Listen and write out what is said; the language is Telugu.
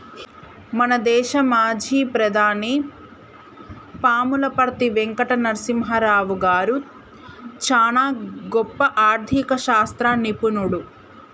మన దేశ మాజీ ప్రధాని పాములపర్తి వెంకట నరసింహారావు గారు చానా గొప్ప ఆర్ధిక శాస్త్ర నిపుణుడు